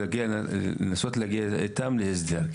לנסות להגיע איתם להסדר.